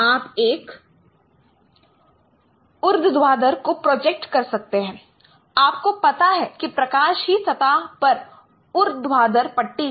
आप एक ऊर्ध्वाधर को प्रोजेक्ट कर सकते हैं आपको पता है कि प्रकाश ही सतह पर ऊर्ध्वाधर पट्टी है